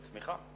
מהצמיחה.